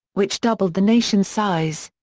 which doubled the nation's size.